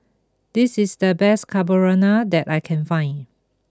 this is the best Carbonara that I can find